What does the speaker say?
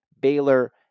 Baylor